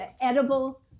Edible